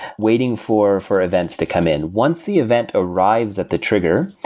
waiting for for events to come in once the event arrives at the trigger,